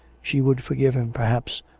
she would forgive him, perhaps,